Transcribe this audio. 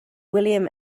william